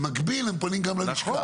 במקביל הם פונים גם ללשכה.